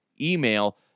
email